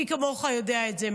מי כמוך יודע את זה,